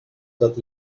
dod